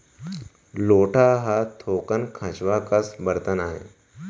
लोटा ह थोकन खंचवा कस बरतन आय